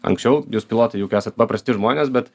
anksčiau jūs pilotai juk esat paprasti žmonės bet